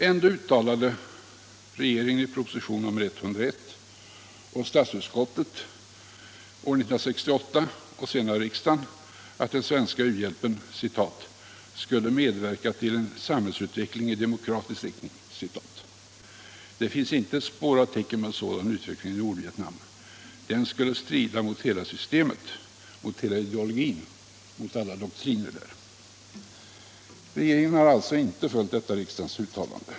: Ändå uttalade regeringen i proposition nr 101 och statsutskottet år 1968 och senare riksdagen, att den svenska u-hjälpen ”skulle medverka till en samhällsutveckling i demokratisk riktning”. Det finns icke ett spår av tecken på en sådan utveckling i Nordvietnam. Den skulle strida mot hela systemet, mot hela ideologin, mot alla doktriner där. Regeringen har alltså inte följt detta riksdagens uttalande.